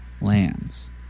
lands